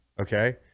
okay